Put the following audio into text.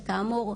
שכאמור,